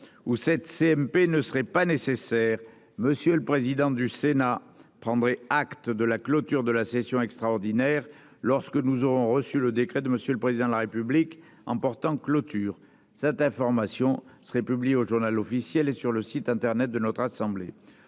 paritaire ne serait pas nécessaire, M. le président du Sénat prendrait acte de la clôture de la session extraordinaire, lorsque nous aurons reçu le décret de M. le Président de la République en portant clôture. Cette information serait publiée au et sur le site internet de notre assemblée.